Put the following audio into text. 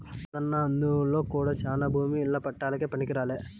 కాదన్నా అందులో కూడా శానా భూమి ఇల్ల పట్టాలకే పనికిరాలే